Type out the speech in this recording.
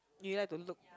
you like to look